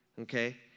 okay